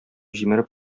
җимереп